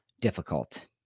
difficult